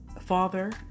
father